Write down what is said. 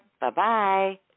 Bye-bye